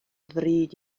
ddrud